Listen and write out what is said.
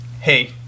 hey